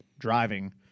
driving